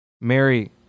Mary